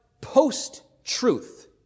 post-truth